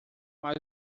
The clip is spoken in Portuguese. mas